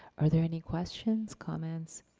are there any questions, comments?